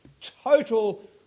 total